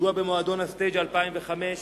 פיגוע במועדון ה"סטייג'", 2005,